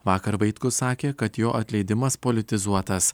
vakar vaitkus sakė kad jo atleidimas politizuotas